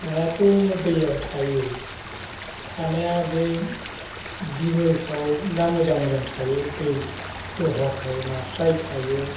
नायाथ' दैयाव थायो थानाया बे दिमोलफ्राव ना मोजां मोजां थायो दै दहलाफ्राव नास्राय थायो